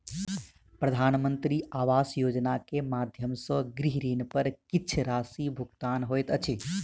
प्रधानमंत्री आवास योजना के माध्यम सॅ गृह ऋण पर किछ राशि भुगतान होइत अछि